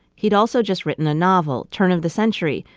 he'd also just written a novel turn of the century,